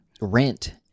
rent